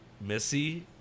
Missy